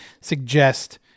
suggest